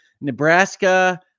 Nebraska